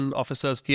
officers